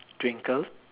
twinkle